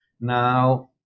Now